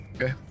Okay